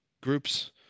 groups